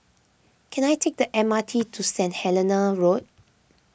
can I take the M R T to Saint Helena Road